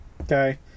Okay